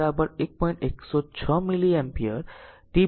106 milli ampere t 0